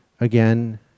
again